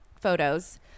photos